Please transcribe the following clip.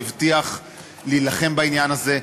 שהבטיח להילחם בעניין הזה.